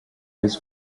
his